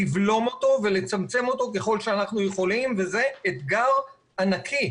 לבלום אותו ולצמצם אותו ככל שאנחנו יכולים וזה אתגר ענקי,